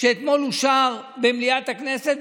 שאתמול אושר במליאת הכנסת,